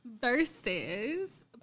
versus